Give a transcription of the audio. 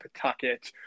Pawtucket